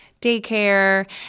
daycare